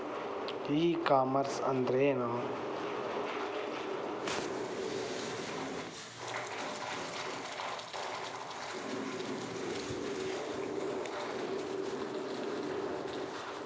E commerce ಅಂದ್ರೇನು?